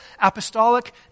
apostolic